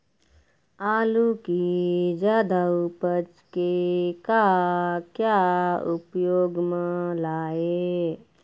आलू कि जादा उपज के का क्या उपयोग म लाए?